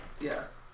Yes